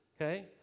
okay